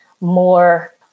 more